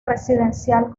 residencial